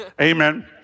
Amen